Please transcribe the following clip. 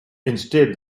instead